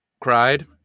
cried